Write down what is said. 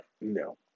No